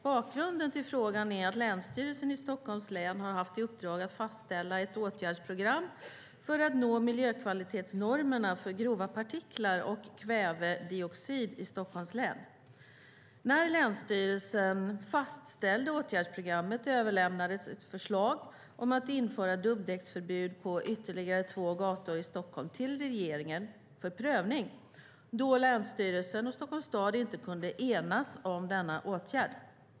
Bakgrunden till frågan är att Länsstyrelsen i Stockholms län har haft i uppdrag att fastställa ett åtgärdsprogram för att nå miljökvalitetsnormerna för grova partiklar och kvävedioxid i Stockholms län. När länsstyrelsen fastställde åtgärdsprogrammet överlämnades ett förslag om att införa dubbdäcksförbud på ytterligare två gator i Stockholm till regeringen för prövning, då länsstyrelsen och Stockholms stad inte kunde enas om denna åtgärd.